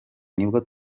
nibwo